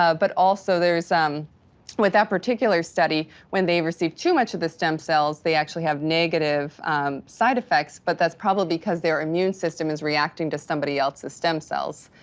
ah but also, there's, um with that particular study, when they receive too much of the stem cells, they actually have negative side effects. but that's probably because their immune system is reacting to somebody else's stem cells,